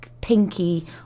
pinky